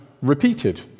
repeated